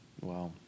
Wow